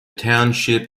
township